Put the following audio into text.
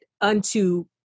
unto